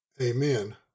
Amen